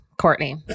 Courtney